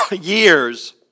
years